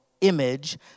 image